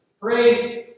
Praise